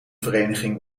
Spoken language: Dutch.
vereniging